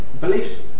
beliefs